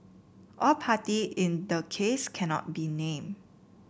all party in the case cannot be named